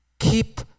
Keep